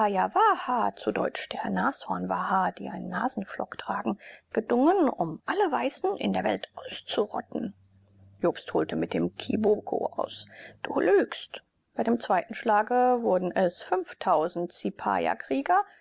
zu deutsch der nashornwaha die einen nasenpflock tragen gedungen um alle weißen in der welt auszurotten jobst holte mit dem kiboko aus du lügst bei dem zweiten schlage wurden es zipayakrieger